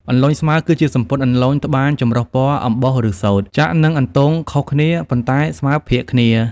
អន្លូញស្មើ គឺជាសំពត់អន្លូញត្បាញចម្រុះព័ណ៌អំបោះឬសូត្រ ចាក់និងអន្ទងខុសគ្នាប៉ុន្តែស្មើភាគគ្នា។